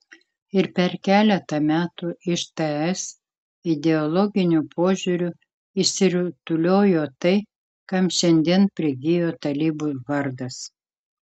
ir per keletą metų iš ts ideologiniu požiūriu išsirutuliojo tai kam šiandien prigijo talibų vardas